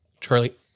Charlie